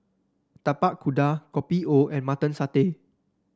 Tapak Kuda Kopi O and Mutton Satay